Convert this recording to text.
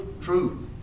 truth